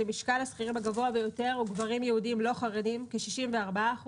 ששיעור השכירים הגבוה ביותר הוא גברים יהודים לא חרדים כ-64%.